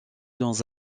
dans